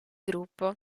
gruppo